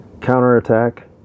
counterattack